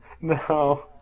No